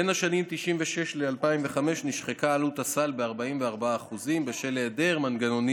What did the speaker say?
בין 1996 ל-2005 נשחקה עלות הסל ב-44% בשל היעדר מנגנונים